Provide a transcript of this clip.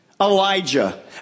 Elijah